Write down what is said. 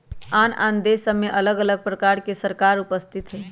आन आन देशमें अलग अलग प्रकार के सरकार उपस्थित हइ